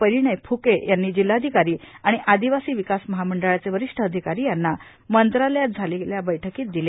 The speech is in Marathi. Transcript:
परिणय फुके यांनी जिल्हाधिकारी आणि आदिवासी विकास महामंडळाचे वरिष्ठ अधिकारी यांना मंत्रालयात झालेल्या बैठकीत दिले